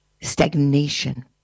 Stagnation